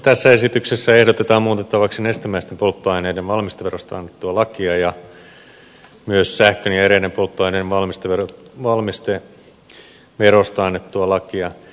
tässä esityksessä ehdotetaan muutettavaksi nestemäisten polttoaineiden valmisteverosta annettua lakia ja myös sähkön ja eräiden polttoaineiden valmisteverosta annettua lakia